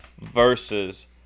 versus